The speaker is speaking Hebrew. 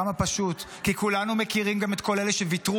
כמה פשוט, כי כולנו מכירים גם את כל אלה שוויתרו,